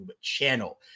channel